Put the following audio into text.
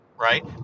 right